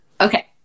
okay